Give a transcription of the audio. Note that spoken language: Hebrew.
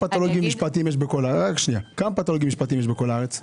יש מספר מצומצם של פתולוגים משפטיים בכל הארץ.